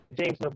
James